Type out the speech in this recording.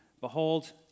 Behold